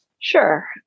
Sure